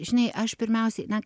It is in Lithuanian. žinai aš pirmiausiai na